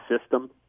system